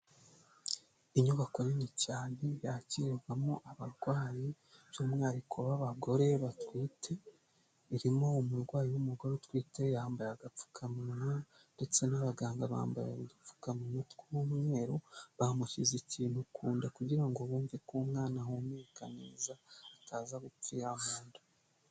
Inyubako nini cyane yakirirwamo abarwayi, by'umwihariko b'abagore batwite, irimo umurwayi w'umugore utwite yambaye agapfukamunwa ndetse n'abaganga bambaye udupfukamunwa tw'umweru, bamushyize ikintu ku nda kugira ngo bumve ko umwana ahumeka neza, ataza gupfira mu nda.